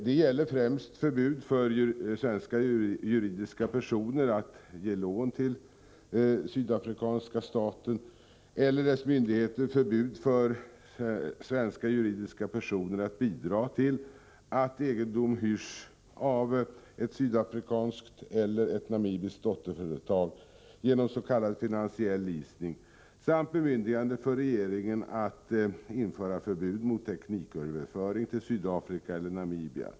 Det gäller främst förbud för svenska juridiska personer att ge lån till sydafrikanska staten eller dess myndigheter, förbud för svenska juridiska personer att bidra till att egendom hyrs av ett sydafrikanskt eller ett namibiskt dotterföretag genom s.k. finansiell leasing samt bemyndigande för regeringen att införa förbud mot tekniköverföring till Sydafrika eller Namibia.